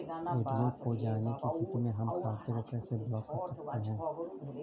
ATM खो जाने की स्थिति में हम खाते को कैसे ब्लॉक कर सकते हैं?